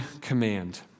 command